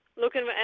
Looking